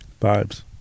Vibes